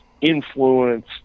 influence